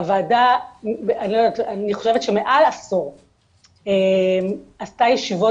הוועדה אני חושבת שמעל עשור עשתה ישיבות